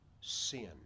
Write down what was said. sin